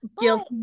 guilty